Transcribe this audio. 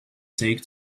take